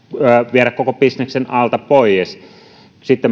viedä koko bisneksen alta pois sitten